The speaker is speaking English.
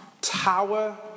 tower